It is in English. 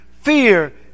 fear